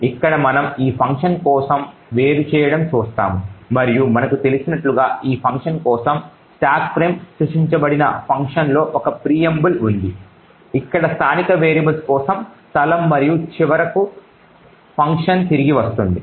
ఇక్కడ మనం ఈ ఫంక్షన్ కోసం వేరుచేయడం చూస్తాము మరియు మనకు తెలిసినట్లుగా ఈ ఫంక్షన్ కోసం స్టాక్ ఫ్రేమ్ సృష్టించబడిన ఫంక్షన్లో ఒక Preamble ఉంది ఇక్కడ స్థానిక వేరియబుల్స్ కోసం స్థలం మరియు చివరకు ఫంక్షన్ తిరిగి వస్తుంది